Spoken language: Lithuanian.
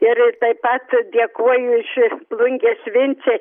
ir taip pat dėkoju iš plungės vincei